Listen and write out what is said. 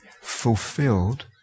fulfilled